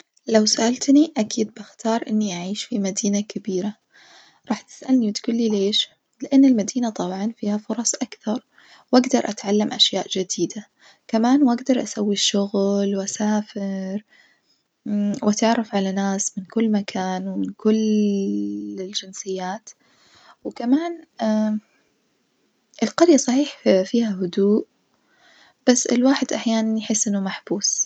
لو سألتني أكيد بختار إني أعيش في مدينة كبيرة راح تسألني وتجولي ليش، لأن المدينة طبعًا فيها فرص أكثر وأجدر أتعلم أشياء جديدة كمان وأجدر أسوي شغل وأسافر وأتعرف على ناس من كل مكان ومن كلل الجنسيات وكمان، القرية صحيح فيها هدوء بس الواحد أحيانًا يحس إنه محبوس.